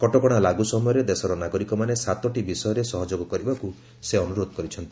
କଟକଣା ଲାଗୁ ସମୟରେ ଦେଶର ନାଗରିକମାନେ ସାତଟି ବିଷୟରେ ସହଯୋଗ କରିବାକୁ ସେ ଅନୁରୋଧ କରିଛନ୍ତି